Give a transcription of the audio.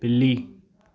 बिल्ली